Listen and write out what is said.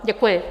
Děkuji.